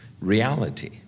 reality